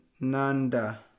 nanda